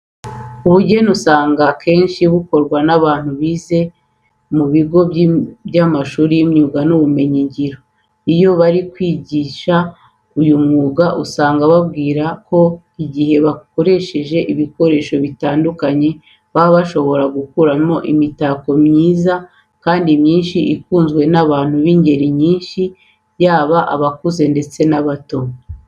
Ubugeni usanga akenshi bukorwa n'abantu bize mu bigo by'amashuri y'imyuga n'ubumenyingiro. Iyo bari kubigisha uyu mwuga usanga bababwira ko igihe bakoresheje ibikoresho bitandukanye baba bashobora gukuramo imitako myiza kandi myinshi ikunzwe n'abantu b'ingeri nyinshi yaba abakuze ndetse n'abato.